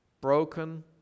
broken